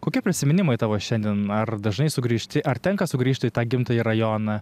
kokie prisiminimai tavo šiandien ar dažnai sugrįžti ar tenka sugrįžti į tą gimtąjį rajoną